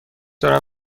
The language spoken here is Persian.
دارم